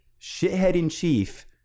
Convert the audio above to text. shithead-in-chief